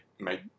made